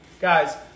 Guys